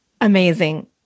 Amazing